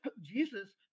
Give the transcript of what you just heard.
Jesus